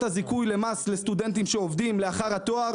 הזיכוי למס לסטודנטים שעובדים לאחר התואר.